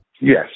Yes